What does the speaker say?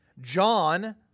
John